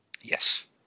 Yes